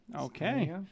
Okay